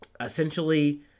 Essentially